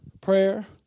Prayer